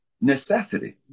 necessity